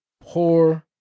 poor